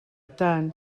tant